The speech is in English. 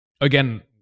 again